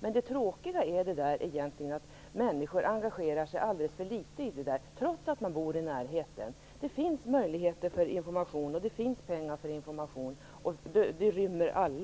Men det tråkiga är egentligen att människor engagerar sig alldeles för litet, trots att de bor i närheten. Det finns möjligheter för information. Det finns pengar för information, och det rymmer alla.